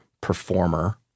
performer